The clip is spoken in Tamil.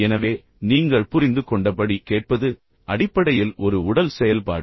எனவே நீங்கள் புரிந்துகொண்டபடி கேட்பது அடிப்படையில் ஒரு உடல் செயல்பாடு